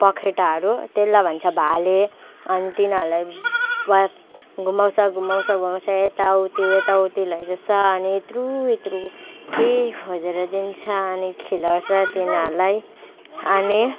पखेटाहरू त्यसलाई भन्छ भाले अनि तिनीहरूलाई गोठ घुमाउँछ घुमाउँछ घुमाउँछ यताउति यताउति लैजान्छ अनि यत्रु यत्रु केही खोजेर दिन्छ अनि खुवाउँछ तिनीहरूलाई अनि